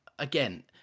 again